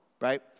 Right